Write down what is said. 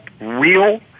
real